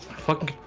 fuck.